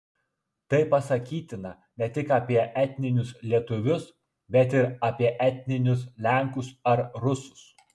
tai pasakytina ne tik apie etninius lietuvius bet ir apie etninius lenkus ar rusus